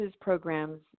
programs